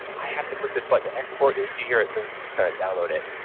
i have to click this button to export, and you see here, it says it's going to download it.